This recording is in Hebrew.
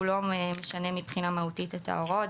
הוא לא משנה מבחינה מהותית את ההוראות,